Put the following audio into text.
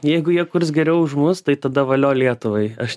jeigu jie kurs geriau už mus tai tada valio lietuvai aš